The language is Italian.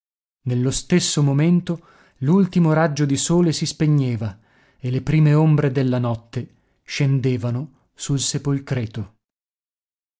nello stesso momento l'ultimo raggio di sole si spegneva e le prime ombre della notte scendevano sul sepolcreto